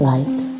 Light